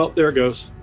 there it goes.